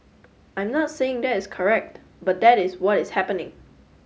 I'm not saying that is correct but that is what is happening